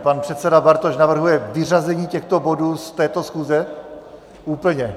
Pan předseda Bartoš navrhuje vyřazení těchto bodů z této schůze úplně?